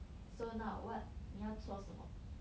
so now what 你要做什么